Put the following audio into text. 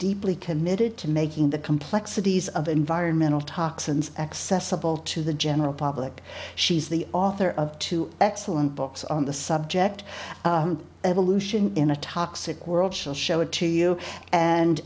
deeply committed to making the complexities of environmental toxins accessible to the general public she's the author of two excellent books on the subject evolution in a toxic world she'll show it to you and